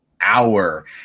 Hour